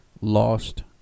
lost